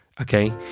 Okay